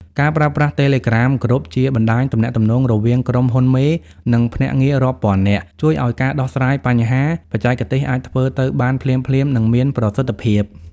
ការប្រើប្រាស់ Telegram Group ជាបណ្ដាញទំនាក់ទំនងរវាងក្រុមហ៊ុនមេ និងភ្នាក់ងាររាប់ពាន់នាក់ ជួយឱ្យការដោះស្រាយបញ្ហាបច្ចេកទេសអាចធ្វើទៅបានភ្លាមៗ និងមានប្រសិទ្ធភាព។